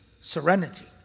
serenity